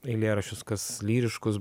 eilėraščius kas lyriškus